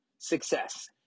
success